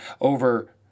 over